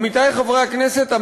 עמיתי חברי הכנסת,